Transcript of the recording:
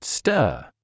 Stir